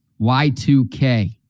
Y2K